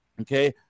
Okay